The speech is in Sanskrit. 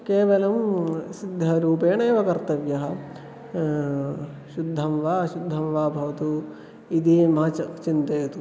केवलं सिद्धरूपेण एव कर्तव्या शुद्धं वा अशुद्धं वा भवतु इति मा च चिन्तयतु